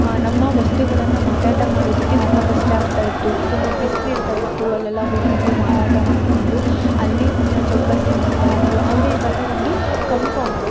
ನಮ್ಮ ವಸ್ತುಗಳನ್ನು ಮಾರಾಟ ಮಾಡುವುದಕ್ಕೆ ತುಂಬ ಕಷ್ಟ ಆಗ್ತಾಯಿತ್ತು ತುಂಬ ಬಿಸ್ಲು ಇರ್ತಾಯಿತ್ತು ಅಲ್ಲೆಲ್ಲ ಹೋಗಿಬಿಟ್ಟು ಮಾರಾಟ ಮಾಡಿಕೊಂಡು ಅಲ್ಲಿ ಚೌಕಾಸಿ ಮಾಡ್ತಾಯಿದ್ದರು ಆದರೆ ಈವಾಗ ಒಂದು ಕಂಫಾಮ್